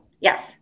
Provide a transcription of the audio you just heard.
Yes